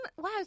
Wow